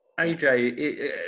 AJ